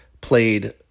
played